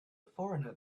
foreigner